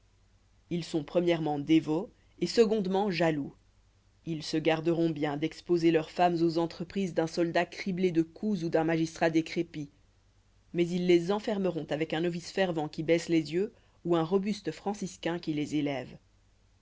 ils sont premièrement dévots et secondement jaloux ils se garderont bien d'exposer leurs femmes aux entreprises d'un soldat criblé de coups ou d'un magistrat décrépit mais ils les enfermeront avec un novice fervent qui baisse les yeux ou un robuste franciscain qui les élève